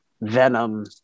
Venom